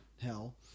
hell